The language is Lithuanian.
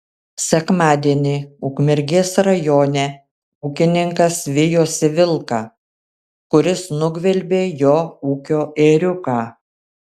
sekmadienį ukmergės rajone ūkininkas vijosi vilką kuris nugvelbė jo ūkio ėriuką